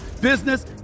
business